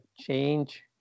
change